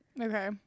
Okay